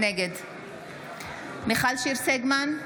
נגד מיכל שיר סגמן,